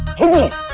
him? iblis!